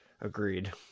agreed